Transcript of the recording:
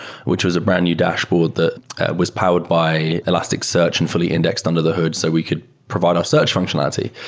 which was a brand new dashboard that was powered by elasticsearch and fully indexed under the hood so we could provide our search functionality.